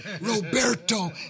roberto